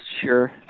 sure